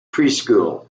preschool